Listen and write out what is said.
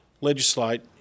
legislate